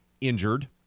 injured